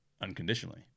unconditionally